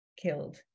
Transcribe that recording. killed